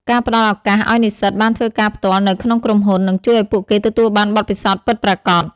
ការផ្តល់ឱកាសឱ្យនិស្សិតបានធ្វើការផ្ទាល់នៅក្នុងក្រុមហ៊ុន នឹងជួយឱ្យពួកគេទទួលបានបទពិសោធន៍ពិតប្រាកដ។